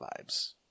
vibes